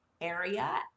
area